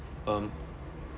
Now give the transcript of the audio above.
um